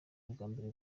ubwambere